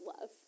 love